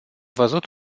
văzut